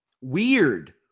weird